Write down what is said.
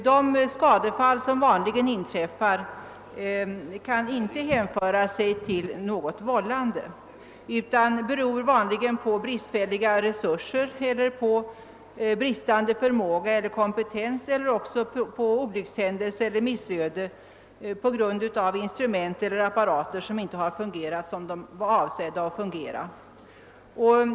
De skadefall som vanligen inträffar kan inte hänföras till något vållande utan beror vanligen på bristfälliga resurser eller på bristande förmåga eller kompetens, ibland på olyckshändelse eller missöde på grund av att instrument eller apparater inte har fungerat som de var avsedda att fungera.